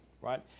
right